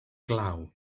glaw